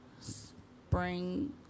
spring